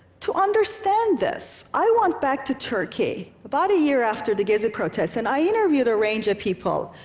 to understand this, i went back to turkey about a year after the gezi protests and i interviewed a range of people,